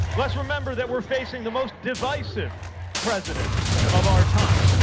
let's remember that we're facing the most divisive president of our time,